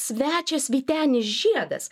svečias vytenis žiedas